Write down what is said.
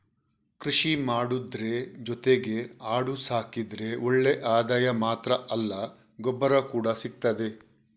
ಕೃಷಿ ಮಾಡುದ್ರ ಜೊತೆಗೆ ಆಡು ಸಾಕಿದ್ರೆ ಒಳ್ಳೆ ಆದಾಯ ಮಾತ್ರ ಅಲ್ಲ ಗೊಬ್ಬರ ಕೂಡಾ ಸಿಗ್ತದೆ